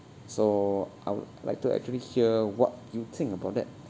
so I would like to actually hear what you think about that